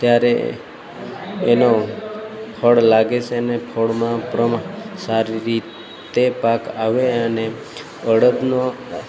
ત્યારે એનું ફળ લાગે છે અને ફળમાં સારી રીતે પાક આવે અને અડદનો